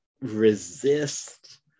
resist